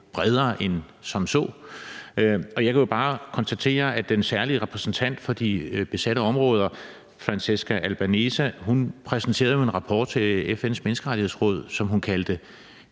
bredere end som så. Og jeg kan bare konstatere, at den særlige repræsentant for de besatte områder, Francesca Albanese, præsenterede en rapport til FN's Menneskerettighedsråd, som hun kaldte